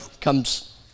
comes